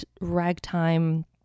ragtime